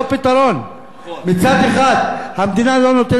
מצד אחד המדינה לא נותנת תוכניות מיתאר,